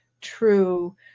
true